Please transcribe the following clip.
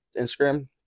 Instagram